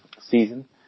season